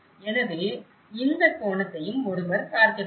எனவே இந்த கோணத்தையும் ஒருவர் பார்க்க வேண்டும்